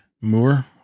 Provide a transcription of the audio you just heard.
Moore